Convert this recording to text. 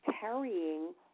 carrying